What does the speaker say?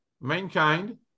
mankind